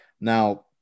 Now